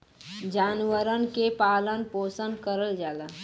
जानवरन के पालन पोसन करल जाला